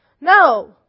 No